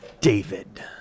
David